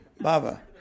Baba